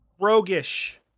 roguish